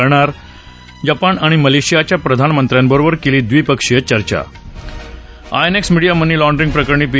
करणार जपान आणि मलेशियाच्या प्रधानमंत्र्यांबरोबर केली द्विपक्षीय चर्चा आयएनएक्स मिडीया मनी लाँड्रीग प्रकरणी पी